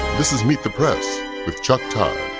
this is meet the press with chuck todd.